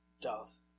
doth